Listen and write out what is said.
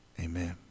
Amen